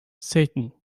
satan